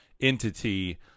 entity